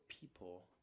people